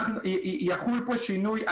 יחול פה שינוי.